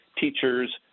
teachers